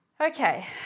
Okay